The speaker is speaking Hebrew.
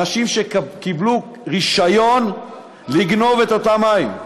אנשים שקיבלו רישיון לגנוב את אותם מים.